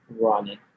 running